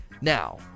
now